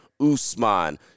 Usman